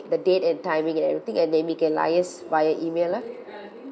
the date and timing and everything and then we can liaise via email lah